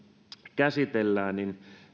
käsitellään